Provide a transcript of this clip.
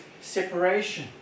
separation